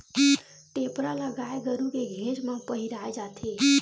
टेपरा ल गाय गरु के घेंच म पहिराय जाथे